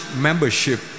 membership